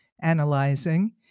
analyzing